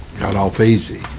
got all basie